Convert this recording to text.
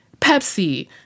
Pepsi